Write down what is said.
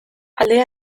alde